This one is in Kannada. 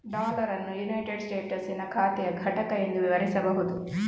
ಡಾಲರ್ ಅನ್ನು ಯುನೈಟೆಡ್ ಸ್ಟೇಟಸ್ಸಿನ ಖಾತೆಯ ಘಟಕ ಎಂದು ವಿವರಿಸಬಹುದು